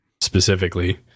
specifically